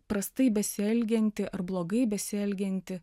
prastai besielgiantį ar blogai besielgiantį